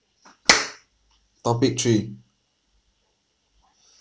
topic three